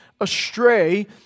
astray